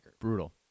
Brutal